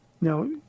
Now